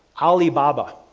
alibaba,